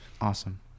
Awesome